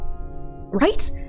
Right